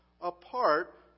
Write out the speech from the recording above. apart